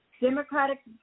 democratic